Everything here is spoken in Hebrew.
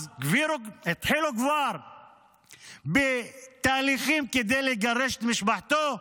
אז התחילו כבר בתהליכים כדי לגרש את משפחתו?